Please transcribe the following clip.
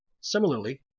Similarly